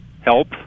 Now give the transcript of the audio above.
help